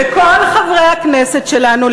וכל חברי הכנסת שלנו,